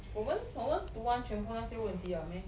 我们我们读完全部那些问题 liao meh